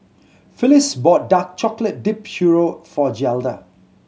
Phillis bought dark chocolate dipped churro for Zelda